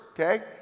okay